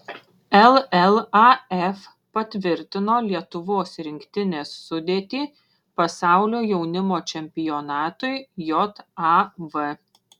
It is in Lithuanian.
llaf patvirtino lietuvos rinktinės sudėtį pasaulio jaunimo čempionatui jav